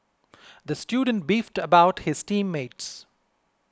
the student beefed about his team mates